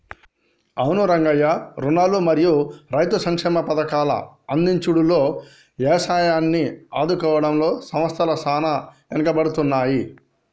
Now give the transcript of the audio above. అవును రంగయ్య రుణాలు మరియు రైతు సంక్షేమ పథకాల అందించుడులో యవసాయాన్ని ఆదుకోవడంలో సంస్థల సాన ఎనుకబడుతున్నాయి